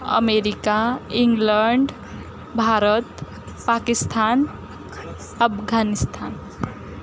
America England Bharat Pakistan Afghanistan